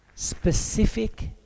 Specific